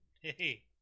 hey